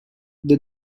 the